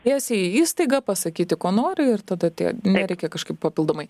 tiesiai į įstaigą pasakyti ko nori ir tada tie nereikia kažkaip papildomai